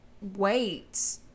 wait